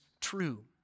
true